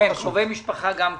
כן, קרובי משפחה גם כן.